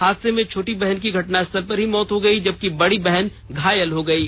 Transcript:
हादसे में छोटी बहन की घटनास्थल पर ही मौत हो गयी जबकि बड़ी बहन घायल हो गयी